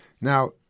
Now